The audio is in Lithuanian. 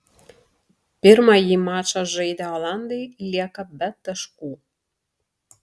pirmąjį mačą žaidę olandai lieka be taškų